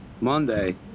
Monday